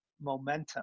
momentum